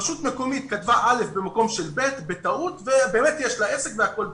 רשות מקומית כתבה א' במקום של ב' בטעות ובאמת יש לה עסק והכול בסדר.